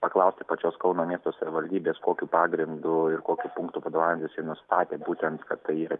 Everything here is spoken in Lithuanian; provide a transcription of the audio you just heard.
paklausti pačios kauno miesto savivaldybės kokiu pagrindu ir kokiu punktu vadovaujantis jie nustatė būtent kad tai yra